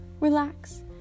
relax